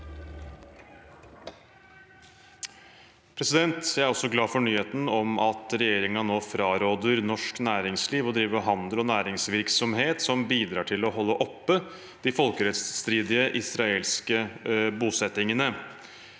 Jeg er også glad for nyheten om at regjeringen nå fraråder norsk næringsliv å drive handel og næringsvirksomhet som bidrar til å holde de folkerettsstridige israelske bosettingene